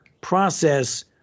process